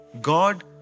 God